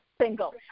single